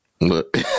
Look